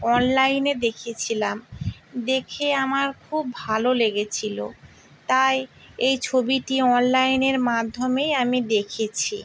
অনলাইনে দেখেছিলাম দেখে আমার খুব ভালো লেগেছিলো তাই এই ছবিটি অনলাইনের মাধ্যমেই আমি দেখেছি